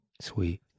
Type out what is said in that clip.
Sweet